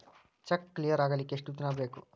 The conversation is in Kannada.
ಚೆಕ್ ಕ್ಲಿಯರ್ ಆಗಲಿಕ್ಕೆ ಎಷ್ಟ ದಿನ ಬೇಕು?